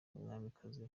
mwamikazi